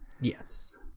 Yes